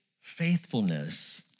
faithfulness